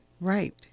Right